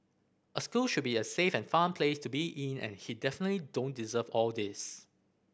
a school should be a safe and fun place to be in and he definitely don't deserve all these